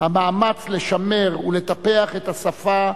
המאמץ לשמר ולטפח את השפה,